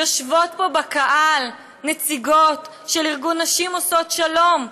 יושבות פה בקהל נציגות של ארגון נשים עושות שלום.